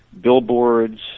billboards